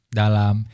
dalam